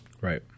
Right